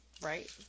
right